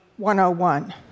101